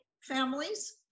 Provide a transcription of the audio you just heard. families